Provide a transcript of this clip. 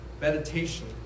meditation